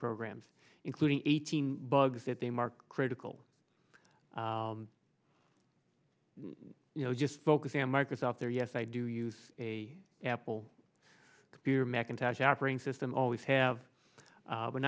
programs including eighteen bugs that they marked critical you know just focusing on microsoft there yes i do use a apple computer macintosh operating system always have